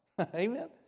Amen